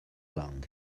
long